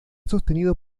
sostenido